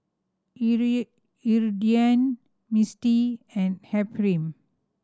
Iridian Mistie and Ephram